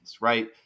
right